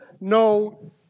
no